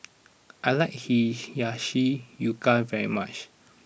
I like Hiyashi Chuka very much